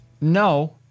No